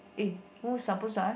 eh who's supposed to ask